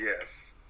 yes